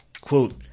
Quote